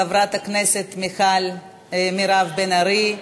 חברת הכנסת מירב בן ארי,